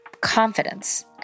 confidence